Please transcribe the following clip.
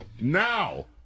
Now